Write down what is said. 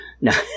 Now